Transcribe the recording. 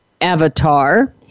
avatar